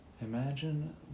Imagine